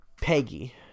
Peggy